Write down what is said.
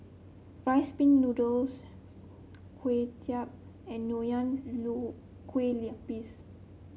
Rice Pin Noodles Kway Chap and Nonya Kueh Lapis